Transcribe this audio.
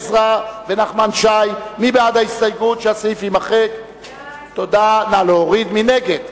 גדעון עזרא ונחמן שי לסעיף 5 לא נתקבלה.